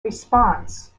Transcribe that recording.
response